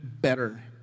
better